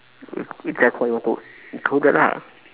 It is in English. if if that's what you want to include that lah